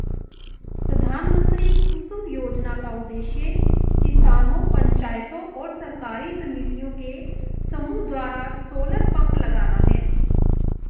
प्रधानमंत्री कुसुम योजना का उद्देश्य किसानों पंचायतों और सरकारी समितियों के समूह द्वारा सोलर पंप लगाना है